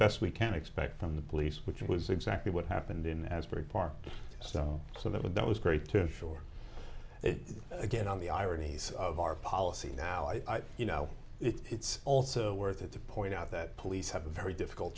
best we can expect from the police which was exactly what happened in asbury park so that when that was great to shore it again on the ironies of our policy now i you know it's also worth it to point out that police have a very difficult